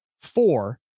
four